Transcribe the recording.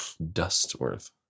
Dustworth